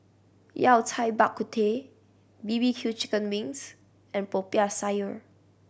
Yao Cai Bak Kut Teh B B Q chicken wings and Popiah Sayur